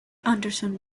anderson